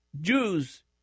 Jews